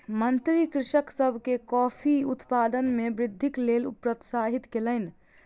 मंत्री कृषक सभ के कॉफ़ी उत्पादन मे वृद्धिक लेल प्रोत्साहित कयलैन